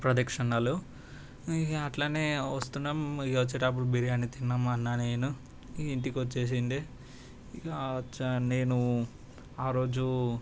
ప్రదక్షిణాలు ఇగ అట్లనే వస్తున్నాం వచ్చేటప్పుడు బిర్యానీ తిన్నాం మా అన్నా నేను ఇక ఇంటికి వచ్చేసిండే నేను ఆరోజు